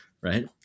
right